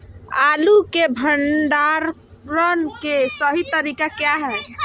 आलू के भंडारण के सही तरीका क्या है?